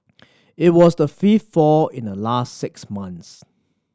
it was the fifth fall in the last six months